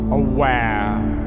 aware